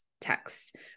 text